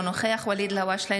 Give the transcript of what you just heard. אינו נוכח ואליד אלהואשלה,